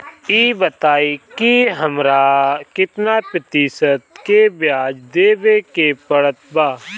ई बताई की हमरा केतना प्रतिशत के ब्याज देवे के पड़त बा?